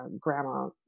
grandma